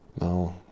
No